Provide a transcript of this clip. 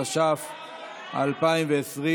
התש"ף 2020,